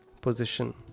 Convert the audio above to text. position